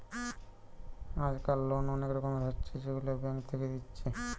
আজকাল লোন অনেক রকমের হচ্ছে যেগুলা ব্যাঙ্ক থেকে দিচ্ছে